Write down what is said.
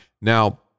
Now